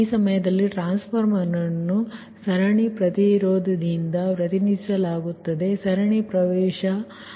ಆ ಸಮಯದಲ್ಲಿ ಟ್ರಾನ್ಸ್ಫಾರ್ಮರ್ ಅನ್ನು ಸರಣಿ ಪ್ರತಿರೋಧದಿಂದ ಪ್ರತಿನಿಧಿಸಲಾಗುತ್ತದೆ ಸರಣಿ ಪ್ರವೇಶ ಸರಿ ypq